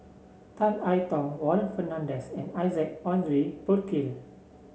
Tan I Tong Warren Fernandez and Isaac Henry Burkill